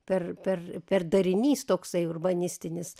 per per per darinys toksai urbanistinis